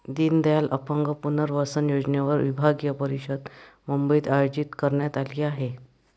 दीनदयाल अपंग पुनर्वसन योजनेवर विभागीय परिषद मुंबईत आयोजित करण्यात आली आहे